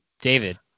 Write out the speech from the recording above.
David